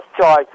Choice